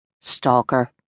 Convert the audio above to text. Stalker